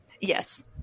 yes